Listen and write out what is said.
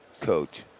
coach